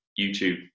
YouTube